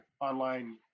online